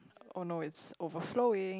oh no it's overflowing